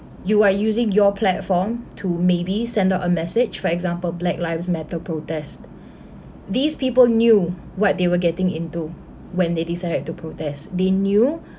you are using your platform to maybe send out a message for example black lives matter protest these people knew what they were getting into when they decided to protest they knew